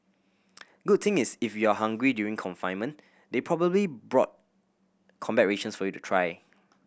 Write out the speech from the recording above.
good thing is if you're hungry during confinement they probably bought combat rations for you to try